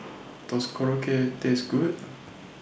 Does Korokke Taste Good